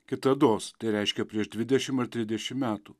kitados tai reiškia prieš dvidešimt ar trisdešimt metų